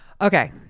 okay